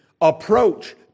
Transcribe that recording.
approach